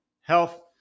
health